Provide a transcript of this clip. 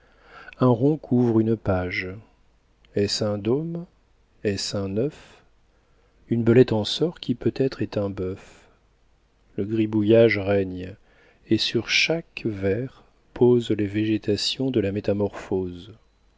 un rond couvre une page est-ce un dôme est-ce un œuf une belette en sort qui peut-être est un bœuf le gribouillage règne et sur chaque vers pose les végétations de la métamorphose